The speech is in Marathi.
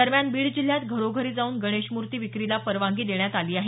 दरम्यान जिल्ह्यात घरोघरी जाऊन गणेशमूर्ती विक्रीला परवानगी देण्यात आली आहे